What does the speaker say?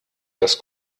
das